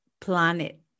planet